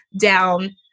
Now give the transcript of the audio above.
down